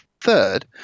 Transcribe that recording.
third